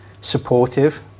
supportive